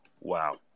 Wow